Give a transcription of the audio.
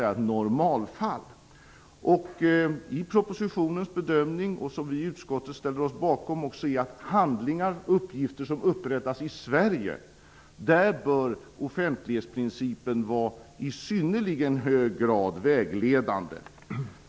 Den bedömning som görs i propositionen och som vi i utskottet ställer oss bakom är att för handlingar och uppgifter som härrör från Sverige bör offentlighetsprincipen vara i synnerligen hög grad vägledande.